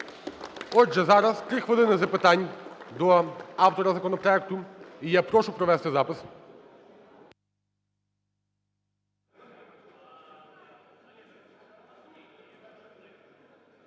Отже, зараз 3 хвилини запитань до автора законопроекту. І я прошу провести запис.